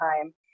time